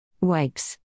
Wipes